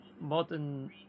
modern